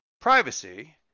privacy